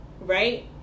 right